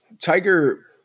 Tiger